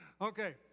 Okay